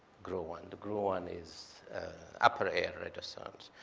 gruan. gruan is upper air radiosondes.